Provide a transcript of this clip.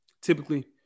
Typically